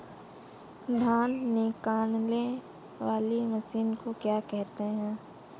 धान निकालने वाली मशीन को क्या कहते हैं?